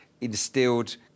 instilled